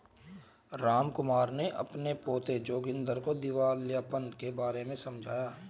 रामकुमार ने अपने पोते जोगिंदर को दिवालियापन के बारे में समझाया